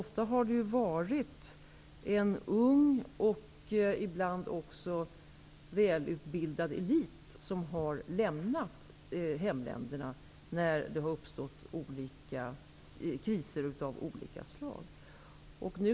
Ofta har det ju varit en ung och ibland också en välutbildad elit som har lämnat hemländerna när det har uppstått kriser av olika slag.